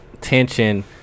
tension